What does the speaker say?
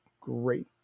great